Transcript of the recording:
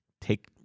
take